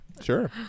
Sure